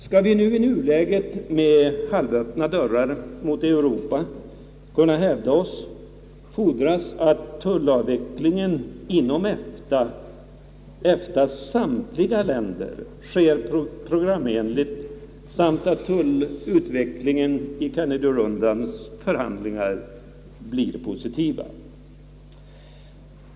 Skall vi i nuläget med halvöppna dörrar mot Europa kunna hävda oss, fordras att tullavvecklingen inom EFTA:s samtliga länder sker programenligt samt att tullavvecklingen i Kennedyrundans förhandlingar blir positiv.